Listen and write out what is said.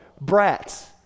brats